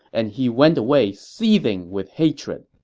and he went away seething with hatred.